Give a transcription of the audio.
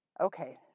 Okay